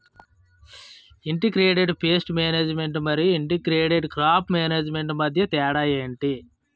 integrated pest management మరియు integrated crop management మధ్య తేడా ఏంటి